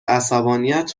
عصبانیت